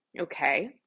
Okay